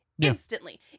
instantly